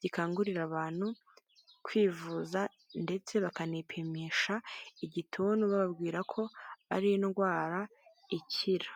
gikangurira abantu kwivuza ndetse bakanipimisha igituntu, bababwira ko ari indwara ikira.